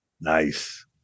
Nice